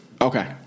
Okay